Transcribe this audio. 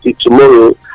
tomorrow